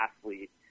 athlete